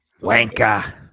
Wanka